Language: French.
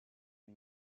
une